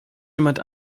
jemand